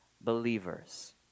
believers